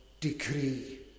decree